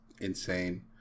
insane